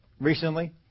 recently